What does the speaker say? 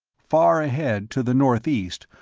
far ahead, to the northeast,